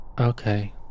Okay